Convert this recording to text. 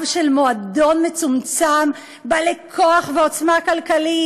של מועדון מצומצם של בעלי כוח ועוצמה כלכלית,